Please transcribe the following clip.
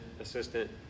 Assistant